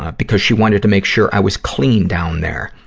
ah because she wanted to make sure i was clean down there.